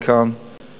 שנאמרת כאן צודקת